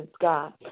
God